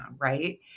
Right